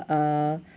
uh